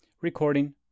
Recording